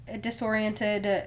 disoriented